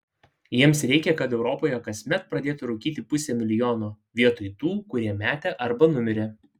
jiems reikia kad europoje kasmet pradėtų rūkyti pusė milijono vietoj tų kurie metė arba numirė